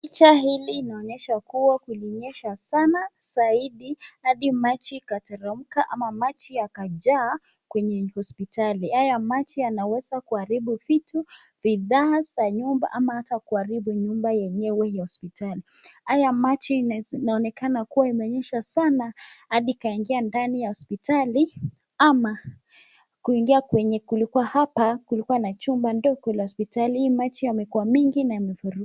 Picha hili inaonyesha kuwa kulinyesha sana zaidi hadi maji ikateremka ama maji ikajaa kwenye hospitali. Haya maji yanaweza kuharibu vitu, bidhaa za nyumba ama hata kuharibu nyumba yenyewe ya hospitali. Haya maji inaonekana kuwa imenyesha sana hadi ikaingia ndani ya hospitali ama kuingia kwenye kulikuwa hapa kulikuwa na chumba ndogo ya hospitali, hii maji yamekuwa mengi na ni